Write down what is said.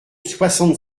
soixante